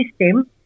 system